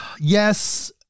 yes